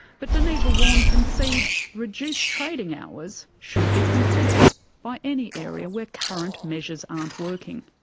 but denita wawn concedes reduced trading hours should be considered by any area where current measures aren't working.